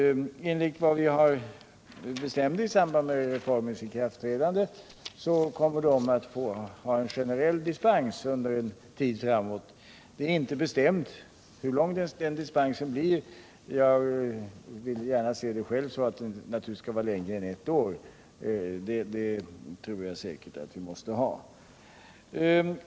Enligt vad vi bestämde i samband med reformens ikraftträdande kommer man i de fallen att ge en generell dispens en tid framåt. Det är inte bestämt hur lång en sådan dispens skall vara. Jag vill gärna själv se det så, att den skall vara längre än ett år. Jag tror att vi måste ha det så.